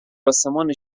آسمان